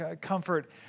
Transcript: comfort